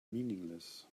meaningless